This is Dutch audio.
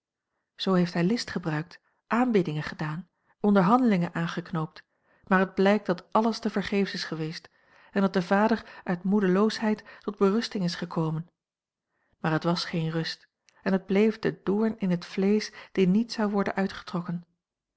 zoo heeft hij list gebruikt aanbiedingen gedaan onderhandelingen aangeknoopt maar het blijkt dat alles tevergeefs is geweest en dat de vader uit moedeloosheid tot berusting is gekomen maar het was geen rust en het bleef de doorn in het vleesch die niet zou worden uitgetrokken